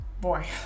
Boy